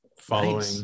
following